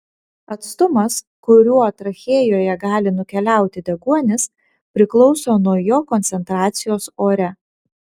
atstumas kuriuo trachėjoje gali nukeliauti deguonis priklauso nuo jo koncentracijos ore